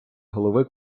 голови